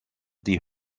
die